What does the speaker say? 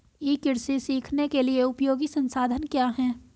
ई कृषि सीखने के लिए उपयोगी संसाधन क्या हैं?